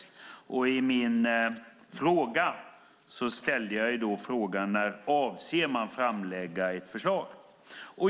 I min skriftliga fråga ställde jag frågan när man avser framlägga ett förslag.